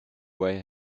where